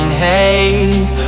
haze